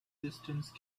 distance